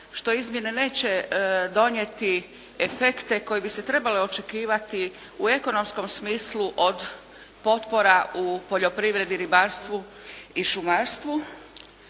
što izmjene neće donijeti efekte koji bio se trebali očekivati u ekonomskom smislu od potpora u poljoprivredi, ribarstvu i šumarstvu